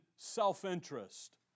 self-interest